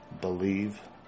believe